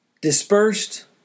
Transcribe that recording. dispersed